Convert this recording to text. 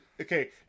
Okay